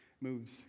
moves